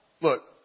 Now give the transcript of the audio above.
Look